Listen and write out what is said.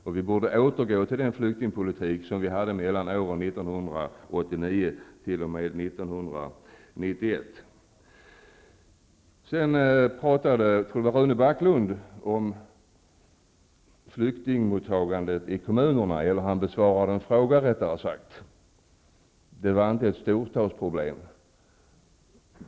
Och vi borde återgå till den flyktingpolitik som vi hade åren 1989--1991. Rune Backlund besvarade en fråga om flyktingmottagandet i kommunerna; det var inte ett storstadsproblem.